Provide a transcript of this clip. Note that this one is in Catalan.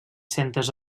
centes